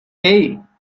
hey